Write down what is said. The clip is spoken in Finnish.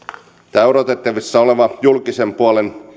tämä odotettavissa oleva julkisen puolen